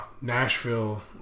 Nashville